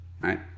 right